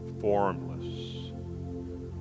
Formless